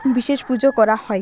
বিশেষ পুজো করা হয়